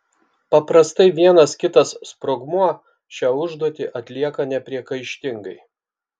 paprastai vienas kitas sprogmuo šią užduotį atlieka nepriekaištingai